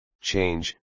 change